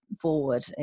forward